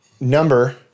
number